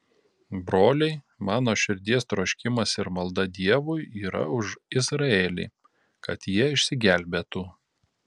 broliai mano širdies troškimas ir malda dievui yra už izraelį kad jie išsigelbėtų